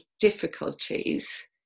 difficulties